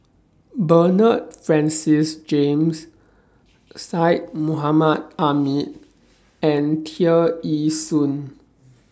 Bernard Francis James Syed Mohamed Ahmed and Tear Ee Soon